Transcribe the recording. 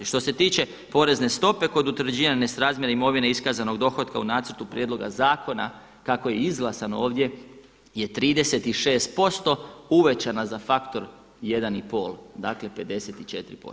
Što se tiče porezne stope kod utvrđivanja nesrazmjera imovine iskazanog dohotka u nacrtu prijedloga zakona kako je izglasan ovdje je 36% uvećana za faktor 1,5, dakle 54%